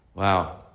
wow